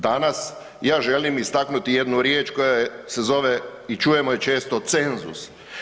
Danas ja želim istaknuti jednu riječ koja se zove i čujemo je često, cenzus.